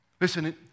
Listen